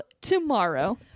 Tomorrow